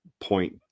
point